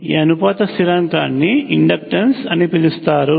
ఈ అనుపాత స్థిరాంకాన్ని ఇండక్టన్స్ అని పిలుస్తారు